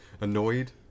Annoyed